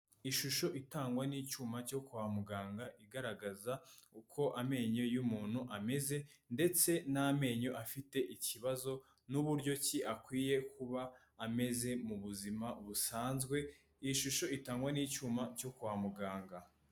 Ishusho itangwa n'icyuma cyo kwa muganga, igaragaza uko amenyo y'umuntu ameze ndetse n'amenyo afite ikibazo n'uburyo ki akwiye kuba ameze mu buzima busanzwe, iyi shusho itangwa n'icyuma cyo kwa muganga.